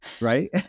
right